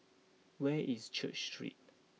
where is Church Street